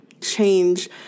change